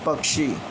पक्षी